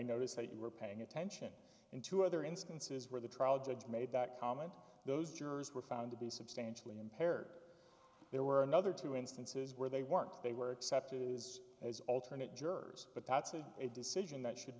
noticed that you were paying attention in two other instances where the trial judge made that comment those jurors were found to be substantially impaired there were another two instances where they weren't they were accepted is as alternate jurors but that's a decision that should